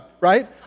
right